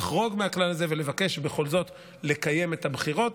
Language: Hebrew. לחרוג מהכלל הזה ולבקש בכל זאת לקיים את הבחירות,